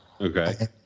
Okay